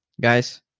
guys